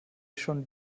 schon